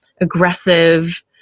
aggressive